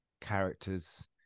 characters